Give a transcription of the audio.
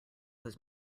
was